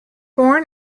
born